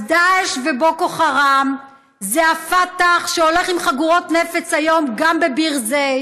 אז דאעש ובוקו חראם זה הפתח שהולך עם חגורות נפץ היום גם בביר זית,